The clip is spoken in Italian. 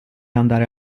andare